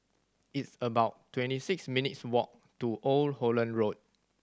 it's about twenty six minutes' walk to Old Holland Road